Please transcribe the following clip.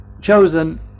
chosen